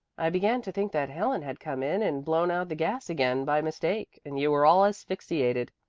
i began to think that helen had come in and blown out the gas again by mistake and you were all asphyxiated.